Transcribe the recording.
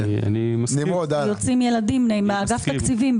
אגף תקציבים,